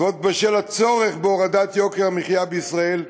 בשל הצורך בהורדת יוקר המחיה בישראל,